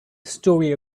story